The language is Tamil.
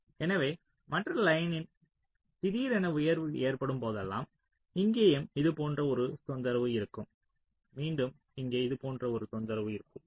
எனவே மற்ற லயனில் திடீரென உயர்வு ஏற்படும் போதெல்லாம் இங்கேயும் இது போன்ற ஒரு தொந்தரவு இருக்கும் மீண்டும் இங்கே இது போன்ற ஒரு தொந்தரவு இருக்கும்